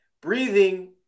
breathing